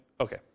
Okay